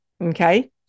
okay